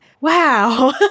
wow